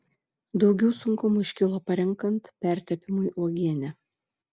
daugiau sunkumų iškilo parenkant pertepimui uogienę